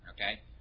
Okay